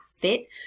fit